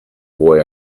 boy